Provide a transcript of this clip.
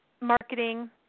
Marketing